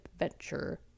adventure